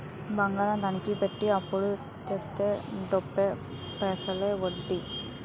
బంగారం తనకా పెట్టి అప్పుడు తెస్తే తొంబై పైసలే ఒడ్డీ